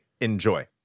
enjoy